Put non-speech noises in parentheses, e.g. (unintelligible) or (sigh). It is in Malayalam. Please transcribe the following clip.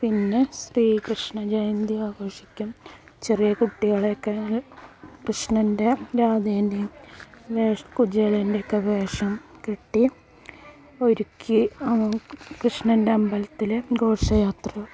പിന്നെ ശ്രീകൃഷ്ണജയന്തി ആഘോഷിക്കും ചെറിയ കുട്ടികളെയൊക്കെ (unintelligible) കൃഷ്ണൻ്റെ രാധേൻ്റേയും വേഷം കുചേലൻ്റെയൊക്കെ വേഷം കെട്ടി ഒരുക്കി കൃഷ്ണൻ്റെ അമ്പലത്തിൽ ഘോഷയാത്ര